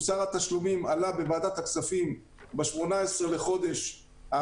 מוסר התשלומים עלה בוועדת הכספים ב-18 במאי